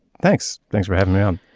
thanks. thanks for having me on.